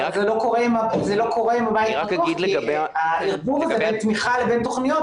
אבל זה לא קורה עם הבית הפתוח כי הערבוב הזה בין תמיכה לבין תוכניות